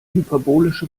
hyperbolische